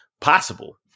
possible